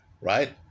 right